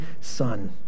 Son